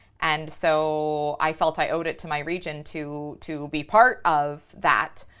and so i felt i owed it to my region to to be part of that.